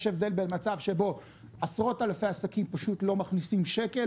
יש הבדל בין מצב שבו עשרות אלפי עסקים פשוט לא מכניסים שקל,